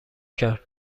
کرد